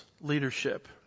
leadership